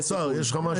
האוצר, יש לך משהו להגיד?